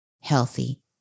healthy